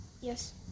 Yes